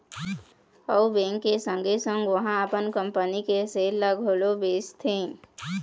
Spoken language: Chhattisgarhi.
अउ बेंक के संगे संग ओहा अपन कंपनी के सेयर ल घलोक बेचथे